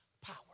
power